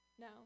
no